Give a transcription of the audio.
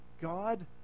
God